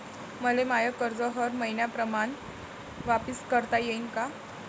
मले माय कर्ज हर मईन्याप्रमाणं वापिस करता येईन का?